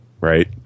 right